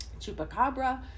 chupacabra